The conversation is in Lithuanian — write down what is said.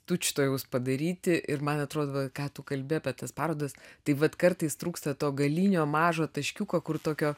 tučtuojaus padaryti ir man atrodo ką tu kalbi apie tas parodas tai vat kartais trūksta to galinio mažą taškiuką kur tokio